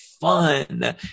fun